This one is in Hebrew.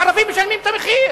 הערבים משלמים את המחיר.